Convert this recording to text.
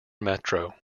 metro